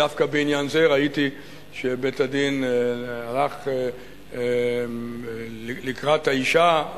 ודווקא בעניין זה ראיתי שבית-הדין הלך לקראת האשה.